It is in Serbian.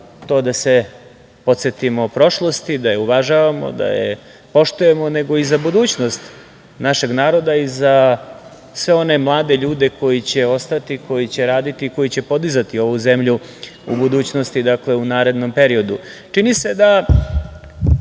to da se podsetimo prošlosti, da je uvažavamo, da je poštujemo, nego i za budućnost našeg naroda i za sve one mlade ljude koji će ostati, koji će raditi i koji će podizati ovu zemlju u budućnosti, u narednom periodu. Čini se da